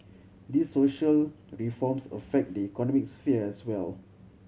these social reforms affect the economic sphere as well